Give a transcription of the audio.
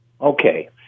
Okay